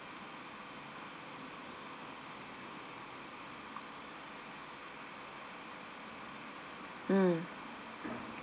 mm